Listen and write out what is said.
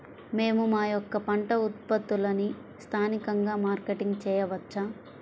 మేము మా యొక్క పంట ఉత్పత్తులని స్థానికంగా మార్కెటింగ్ చేయవచ్చా?